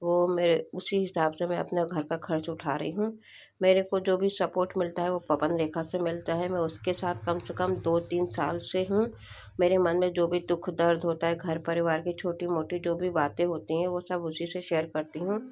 वो मैं उसी हिसाब से मैं अपना घर का खर्च उठा रही हूँ मेरेको जो भी सपोर्ट मिलता है वो पवन लेखा से मिलता है मैं उसके साथ कम से कम दो तीन साल से हूँ मेरे मन में जो भी दु ख दर्द होता है घर परिवार की छोटी मोटी जो भी बातें होती हैं वो सब उसी से शेयर करती हूँ